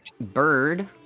Bird